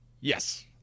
Yes